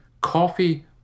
coffee